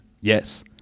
Yes